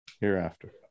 Hereafter